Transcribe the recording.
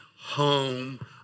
home